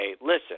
listen